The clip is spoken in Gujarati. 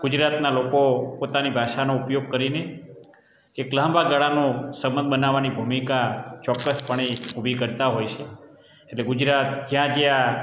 ગુજરાતનાં લોકો પોતાની ભાષાનો ઉપયોગ કરીને એક લાંબા ગાળાનો સબંધ બનાવાની ભૂમિકા ચોક્કસપણે ઊભી કરતાં હોય છે એટલે ગુજરાત જ્યાં જ્યાં